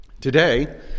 Today